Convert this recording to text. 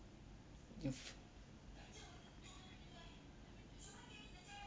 you